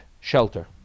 shelter